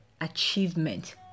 achievement